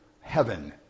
heaven